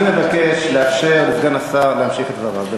אני מבקש לאפשר לסגן השר להמשיך את דבריו.